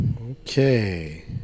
Okay